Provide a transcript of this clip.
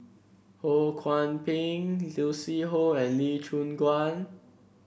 Ho Kwon Ping Lucy Koh and Lee Choon Guan